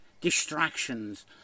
distractions